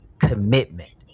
commitment